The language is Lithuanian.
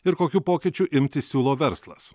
ir kokių pokyčių imtis siūlo verslas